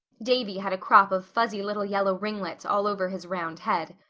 davy had a crop of fuzzy little yellow ringlets all over his round head.